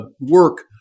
work